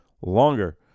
longer